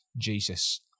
Jesus